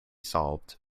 solved